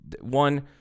one